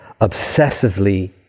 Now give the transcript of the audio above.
obsessively